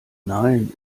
nein